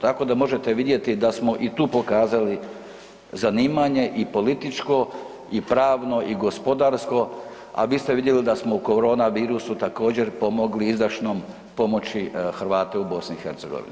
Tako da možete vidjeti da smo i tu pokazali zanimanje i političko i pravno i gospodarsko, a vi ste vidjeli da smo u korona virusu također pomogli izdašnom pomoći Hrvate u BiH.